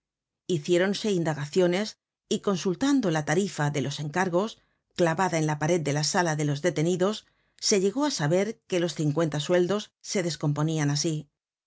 hiciéronse indagaciones y consultando la tarifa de los encargos clavada en la pared de la sala de los detenidos se llegó á saber que los cincuenta sueldos se descomponian asi